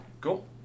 Cool